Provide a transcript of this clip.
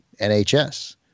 NHS